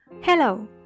Hello